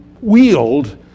wield